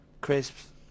crisps